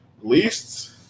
least